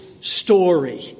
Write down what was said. story